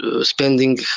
spending